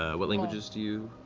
ah what languages do you